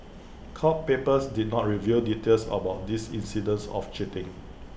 court papers did not reveal details about these incidents of cheating